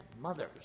mothers